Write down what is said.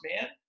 man